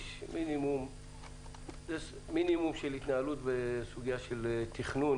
יש מינימום שלהתנהלות בסוגיה של תכנון.